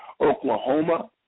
Oklahoma